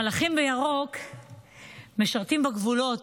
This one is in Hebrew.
המלאכים בירוק משרתים בגבולות,